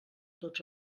tots